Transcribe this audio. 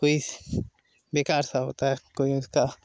कोई बेकार सा होता है कोई उसका